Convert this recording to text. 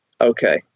okay